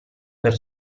per